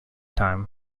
time